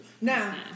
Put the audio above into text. Now